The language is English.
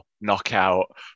knockout